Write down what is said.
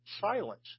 silence